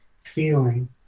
feeling